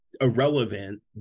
irrelevant